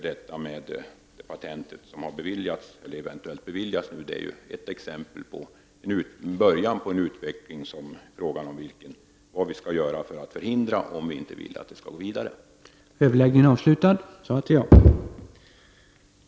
Det patent som nu har beviljats är början på en utveckling som det gäller att förhindra, om vi inte vill att denna utveckling skall fortsätta.